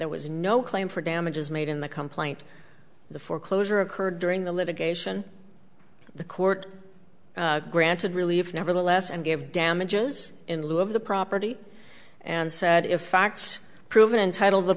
there was no claim for damages made in the complaint the foreclosure occurred during the litigation the court granted relief nevertheless and gave damages in lieu of the property and said if facts proven entitle t